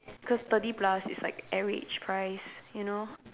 cause thirty plus is like average price you know